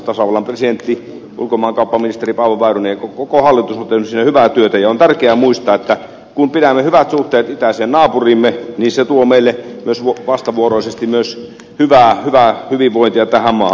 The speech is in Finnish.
tasavallan presidentti ulkomaankauppaministeri paavo väyrynen ja koko hallitus ovat tehneet siinä hyvää työtä ja on tärkeää muistaa että kun pidämme hyvät suhteet itäiseen naapuriimme niin se tuo meille vastavuoroisesti myös hyvää hyvinvointia tähän maahan